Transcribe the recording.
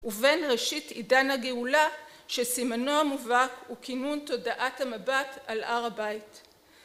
ובין ראשית עידן הגאולה שסימנו המובהק הוא כינון תודעת המבט על הר הבית.